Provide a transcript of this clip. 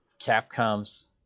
Capcom's